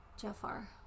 Jafar